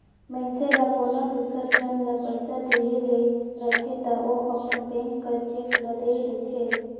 मइनसे ल कोनो दूसर झन ल पइसा देहे ले रहथे ता ओ अपन बेंक कर चेक ल दे देथे